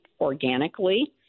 organically